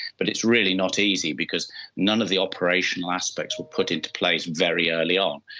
but it's really not easy because none of the operational aspects were put into place very early on.